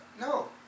No